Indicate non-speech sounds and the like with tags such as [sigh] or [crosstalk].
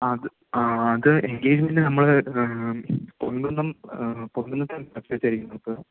ആ അത് ആ അത് എൻഗേജ്മെൻറ് നമ്മള് [unintelligible]